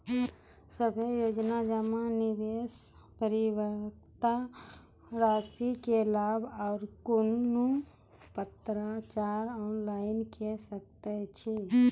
सभे योजना जमा, निवेश, परिपक्वता रासि के लाभ आर कुनू पत्राचार ऑनलाइन के सकैत छी?